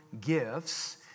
gifts